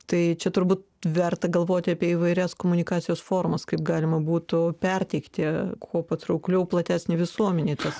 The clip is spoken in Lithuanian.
tai čia turbūt verta galvoti apie įvairias komunikacijos formas kaip galima būtų perteikti kuo patraukliau platesnei visuomenei tas